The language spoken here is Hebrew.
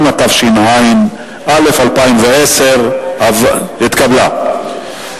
50), התש"ע 2010, נתקבלה.